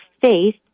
faith